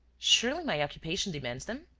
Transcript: surely my occupation demands them?